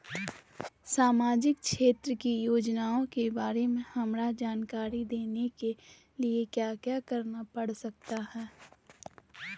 सामाजिक क्षेत्र की योजनाओं के बारे में हमरा जानकारी देने के लिए क्या क्या करना पड़ सकता है?